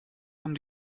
haben